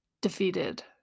defeated